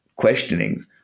questioning